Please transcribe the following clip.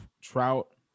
Trout